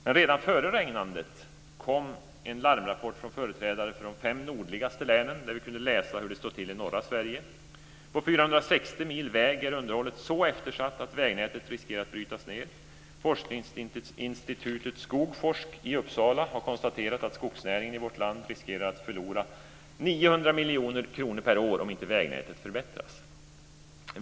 Men redan före regnandet kom en larmrapport från företrädare för de fem nordligaste länen, där vi kunde läsa hur det står till i norra Sverige. På 460 mil väg är underhållet så eftersatt att vägnätet riskerar att brytas ned. Forskningsinstitutet Skogforsk i Uppsala har konstaterat att skogsnäringen i vårt land riskerar att förlora 900 miljoner kronor per år om inte vägnätet förbättras.